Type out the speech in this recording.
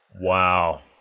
Wow